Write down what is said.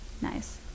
Nice